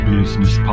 Business